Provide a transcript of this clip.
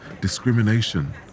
discrimination